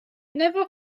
never